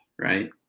right